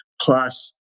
plus